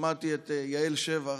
שמעתי את יעל שבח,